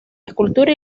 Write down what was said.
escultura